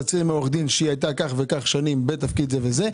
תצהיר מעורך דין שהיא הייתה כך וכך שנים בתפקיד זה וזה.